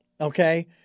okay